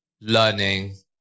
learning